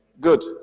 Good